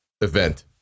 event